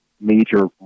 major